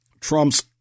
Trump's